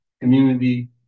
community